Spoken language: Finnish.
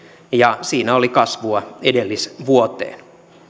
ja siinä oli kasvua edellisvuoteen